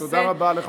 תודה רבה לחברת הכנסת.